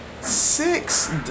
Six